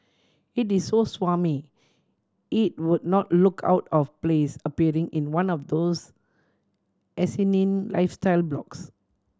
it is so smarmy it would not look out of place appearing in one of those asinine lifestyle blogs